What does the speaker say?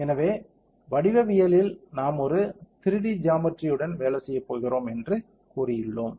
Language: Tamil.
எனவே வடிவவியலில் நாம் ஒரு 3D ஜாமெட்ரி உடன் வேலை செய்யப் போகிறோம் என்று கூறியுள்ளோம்